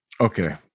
Okay